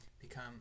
become